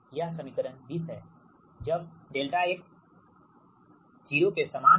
यह समीकरण 20 है जब ∆x 0 के समान है